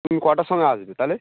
তুমি কটার সময় আসবে তাহলে